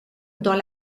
dans